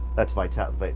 that's vitality? but